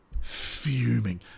Fuming